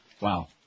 Wow